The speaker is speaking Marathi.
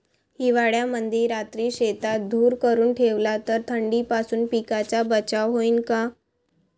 हिवाळ्यामंदी रात्री शेतात धुर करून ठेवला तर थंडीपासून पिकाचा बचाव होईन का?